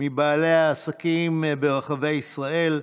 מבעלי העסקים ברחבי ישראל.